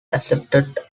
accepted